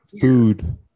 food